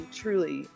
truly